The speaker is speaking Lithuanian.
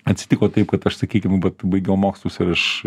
atsitiko taip kad aš sakykim vat baigiau mokslus ir aš